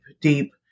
deep